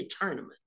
tournament